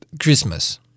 Christmas